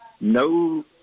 No